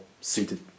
suited